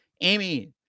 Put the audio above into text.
Amy